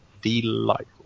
delightful